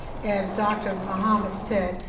as dr. muhammad said,